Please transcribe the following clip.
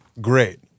great